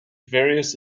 various